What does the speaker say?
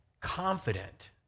confident